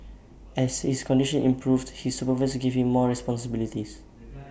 as his condition improved his supervisors gave him more responsibilities